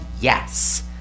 yes